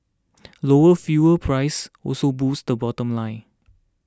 lower fuel prices also boosted the bottom line